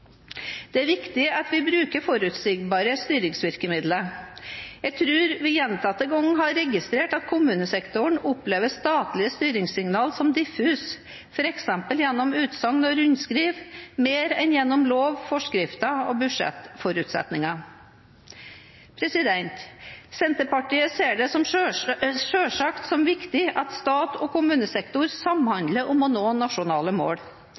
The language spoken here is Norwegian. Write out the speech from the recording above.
Det er viktig at vi bruker forutsigbare styringsvirkemidler. Jeg tror vi gjentatte ganger har registrert at kommunesektoren opplever statlige styringssignaler som diffuse, f.eks. gjennom utsagn og rundskriv mer enn gjennom lov, forskrifter og budsjettforutsetninger. Senterpartiet ser det selvsagt som viktig at stat og kommunesektor samhandler om å nå nasjonale mål.